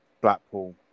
Blackpool